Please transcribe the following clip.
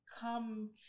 Come